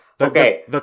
Okay